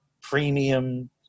premium